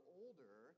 older